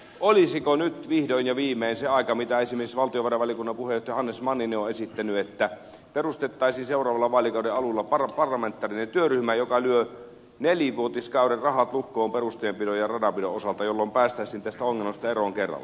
olisiko nyt vihdoin ja viimein sen aika mitä esimerkiksi valtiovarainvaliokunnan puheenjohtaja hannes manninen on esittänyt että perustettaisiin seuraavan vaalikauden alulla parlamentaarinen työryhmä joka lyö nelivuotiskauden rahat lukkoon perustienpidon ja radanpidon osalta jolloin päästäisiin tästä ongelmasta eroon kerralla